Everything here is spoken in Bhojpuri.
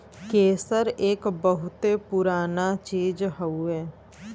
केसर एक बहुते पुराना चीज हउवे